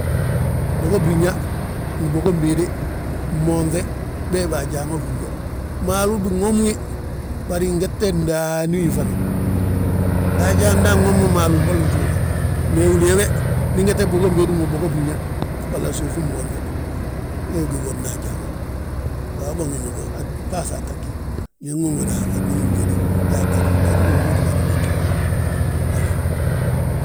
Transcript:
Bogo briña ngi bogon béede, moonŧe beeba ajaa ma húri yo. Maalu binwomi wi, bari ngette ndaani wi fana, nda ajaa nda anwomi maalu mboli njuuma. Me uleeyi we, ndi ngette bogon béedi wi mo, bogo briña, hala suufi moonŧe, wee gí bwona ajaa ma. Waabo bânŋóodna bo ɓaasaa tta ggí biñaŋ ma ŋóoda a gwilin béede yaa gaju, gaju wo mbóoti bân bóotini wala.